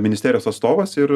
ministerijos atstovas ir